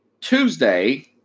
Tuesday